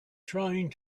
trying